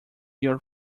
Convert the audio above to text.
your